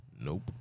Nope